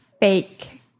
fake